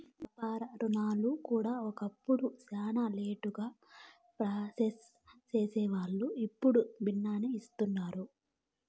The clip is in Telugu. వ్యవసాయ రుణాలు కూడా ఒకప్పుడు శానా లేటుగా ప్రాసెస్ సేసేవాల్లు, ఇప్పుడు బిన్నే ఇస్తుండారు